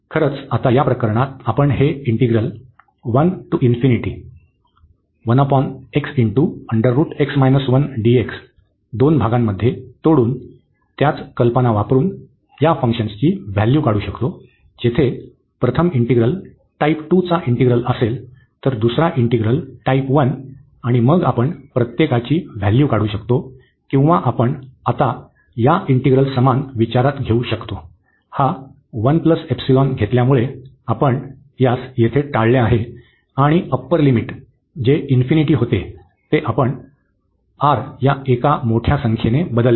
खरंच आता या प्रकरणात आपण हे इंटिग्रल दोन भागांमध्ये तोडून त्याच कल्पना वापरुन या फंक्शनची व्हॅल्यू काढू शकतो जेथे प्रथम इंटिग्रल टाईप 2 चा इंटिग्रल असेल तर दुसरा इंटिग्रल टाईप 1 आणि मग आपण प्रत्येकाची व्हॅल्यू काढू शकतो किंवा आपण आता या इंटिग्रल समान विचारात घेऊ शकतो हा घेतल्यामुळे आपण यास येथे टाळले आहे आणि अप्पर लिमिट जे इन्फिनिटी होते ते आपण R या एका मोठ्या संख्येने बदलले आहे